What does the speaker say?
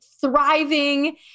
thriving